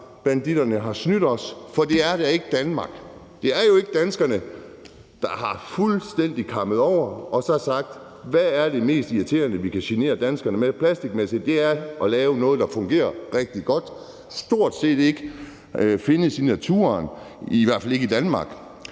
banditterne har snydt os. For det er da ikke Danmark og det er jo ikke danskerne, der er kammet fuldstændig over og har sagt: Hvad er det mest irriterende, vi plastikmæssigt kan genere danskerne med? For det er at have noget, der fungerer rigtig godt og stort set ikke findes i naturen, i hvert fald ikke i Danmark,